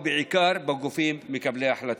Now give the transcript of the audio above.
ובעיקר בגופים מקבלי ההחלטות.